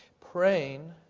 Praying